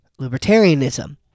libertarianism